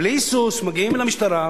בלי היסוס מגיעים למשטרה,